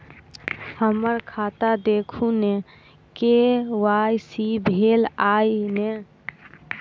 हम्मर खाता देखू नै के.वाई.सी भेल अई नै?